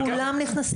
כולם נכנסים.